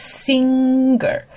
singer